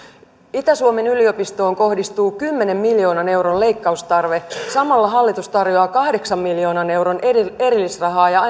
itä suomen yliopistoon kohdistuu kymmenen miljoonan euron leikkaustarve samalla hallitus tarjoaa kahdeksan miljoonan euron erillisrahaa ja